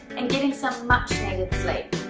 and getting some much needed sleep!